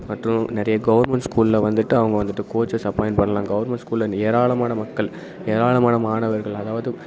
மற்றும் நிறைய கவர்மெண்ட் ஸ்கூலில் வந்துவிட்டு அவங்க வந்துவிட்டு கோச்சஸ் அப்பாயிண்ட் பண்ணலாம் கவர்மெண்ட் ஸ்கூலில் ஏராளமான மக்கள் ஏராளமான மாணவர்கள் அதாவது